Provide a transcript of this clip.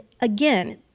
again